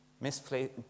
Misplaced